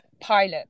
pilot